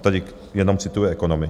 Tady jenom cituji ekonomy.